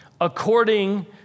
according